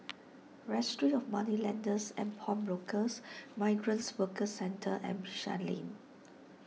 Registry of Moneylenders and Pawnbrokers Migrant Workers Centre and Bishan Lane